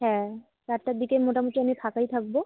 হ্যাঁ চারটের দিকে মোটামুটি আমি ফাঁকাই থাকবো